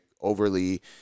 overly